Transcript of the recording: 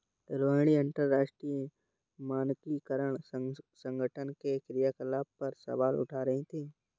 रोहिणी अंतरराष्ट्रीय मानकीकरण संगठन के क्रियाकलाप पर सवाल उठा रही थी